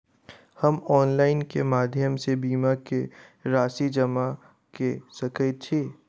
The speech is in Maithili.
हम ऑनलाइन केँ माध्यम सँ बीमा केँ राशि जमा कऽ सकैत छी?